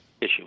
Issue